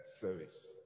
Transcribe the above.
service